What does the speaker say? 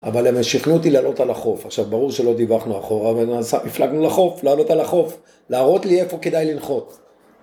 אבל הם אה.. שכנעו אותי לעלות על החוף, עכשיו ברור שלא דיווחנו אחורה, אבל נס.. הפלגנו לחוף, לעלות על החוף, להראות לי איפה כדאי ללחוץ.